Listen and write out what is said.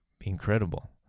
incredible